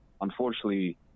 unfortunately